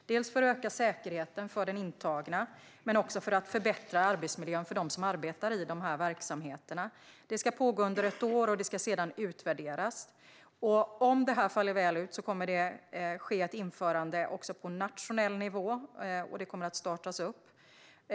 Detta görs dels för att öka säkerheten för den intagna, dels för att förbättra arbetsmiljön för dem som arbetar i dessa verksamheter. Detta projekt ska pågå under ett år och ska sedan utvärderas. Om det faller väl ut kommer det att ske ett införande också på nationell nivå. Det